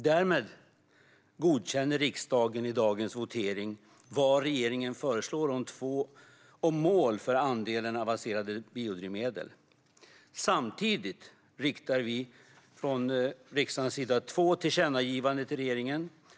Därmed godkänner riksdagen i dagens votering vad regeringen föreslår om mål för andelen avancerade biodrivmedel. Samtidigt riktar vi från riksdagens sida två tillkännagivanden till regeringen.